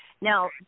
Now